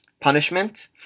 punishment